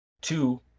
Two